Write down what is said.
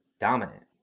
dominant